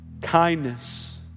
kindness